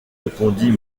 répondit